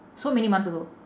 so many months ago